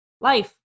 life